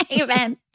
Amen